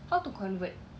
how to convert